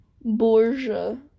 Borgia